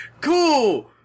cool